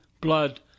blood